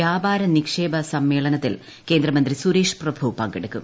വ്യാപാര നിക്ഷ്പ സമ്മേളനത്തിൽ കേന്ദ്രമന്ത്രി സുരേഷ് പ്രഭു പങ്കെടുക്കും